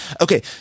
Okay